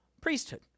priesthood